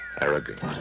arrogant